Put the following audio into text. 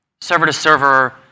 server-to-server